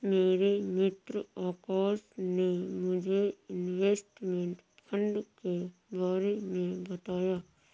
मेरे मित्र आकाश ने मुझे इनवेस्टमेंट फंड के बारे मे बताया